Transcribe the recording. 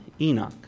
Enoch